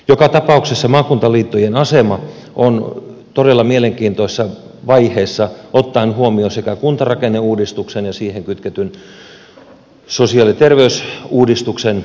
joka tapauksessa maakuntaliittojen asema on todella mielenkiintoisessa vaiheessa ottaen huomioon sekä kuntarakenneuudistuksen että siihen kytketyn sosiaali ja terveysuudistuksen